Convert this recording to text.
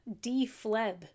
defleb